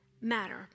matter